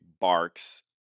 barks